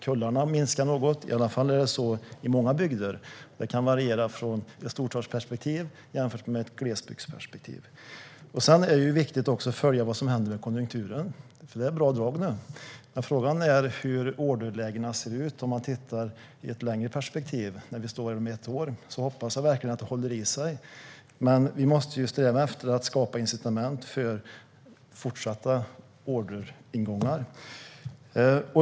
Kullarna minskar något, i alla fall i många bygder. Det kan variera mellan storstad och glesbygd. Det är också viktigt att följa vad som händer med konjunkturen. Det är bra drag nu, men frågan är hur orderlägena ser ut i ett längre perspektiv. Om ett år hoppas jag verkligen att det håller i sig. Men vi måste sträva efter att skapa incitament för fortsatt orderingång.